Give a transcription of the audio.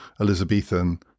Elizabethan